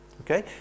Okay